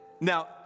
Now